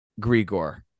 Grigor